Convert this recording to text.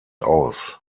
aus